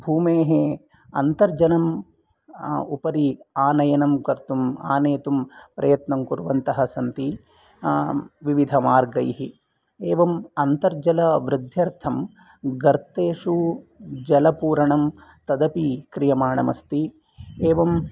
भूमेः अन्तर्जनम् उपरि आनयनं कर्तुम् आनेतुं प्रयत्नं कुर्वन्तः सन्ति विविधमार्गैः एवम् अन्तर्जलवृद्ध्यर्थं गर्तेषु जलपूरणं तदपि क्रियमाणम् अस्ति एवम्